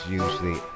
usually